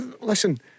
listen